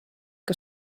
que